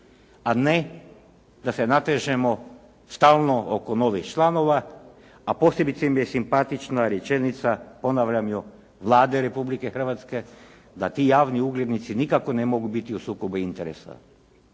a ne da se natežemo stalno oko novih članova a posebice mi je simpatična rečenica, ponavljam ju, Vlade Republike Hrvatske da ti javni uglednici nikako ne mogu biti u sukobu interesa.